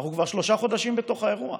אנחנו כבר שלושה חודשים בתוך האירוע.